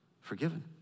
Forgiven